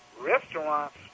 restaurants